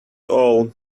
all